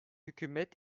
hükümet